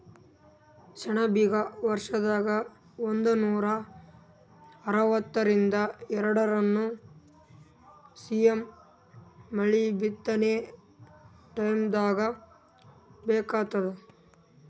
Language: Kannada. ಸೆಣಬಿಗ ವರ್ಷದಾಗ್ ಒಂದನೂರಾ ಅರವತ್ತರಿಂದ್ ಎರಡ್ನೂರ್ ಸಿ.ಎಮ್ ಮಳಿ ಬಿತ್ತನೆ ಟೈಮ್ದಾಗ್ ಬೇಕಾತ್ತದ